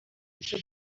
گوشه